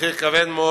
מחיר כבד מאוד.